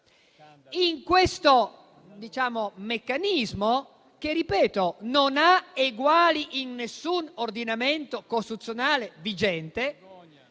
In questo meccanismo che, ripeto, non ha eguali in nessun ordinamento costituzionale vigente